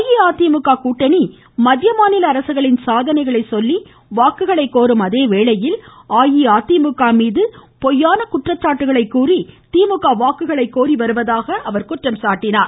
அஇஅதிமுக கூட்டணி மத்திய மாநில அரசுகளின் சாதனைகளை சொல்லி வாக்குகளை கோரும் அதேவேளையில் அஇஅதிமுக மீது பொய்யான குற்றச்சாட்டை திமுக வாக்குகள் கோருவதாக குற்றம் சாட்டினார்